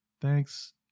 thanks